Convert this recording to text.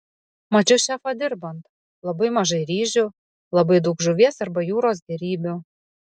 mačiau šefą dirbant labai mažai ryžių labai daug žuvies arba jūros gėrybių